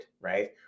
right